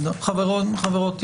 חברים וחברות,